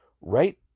right